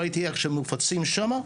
ראיתי איך הם מופצים שם,